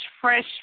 fresh